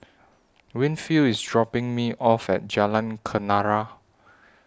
Winfield IS dropping Me off At Jalan Kenarah